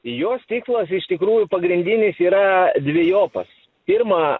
jos tikslas iš tikrųjų pagrindinis yra dvejopas pirma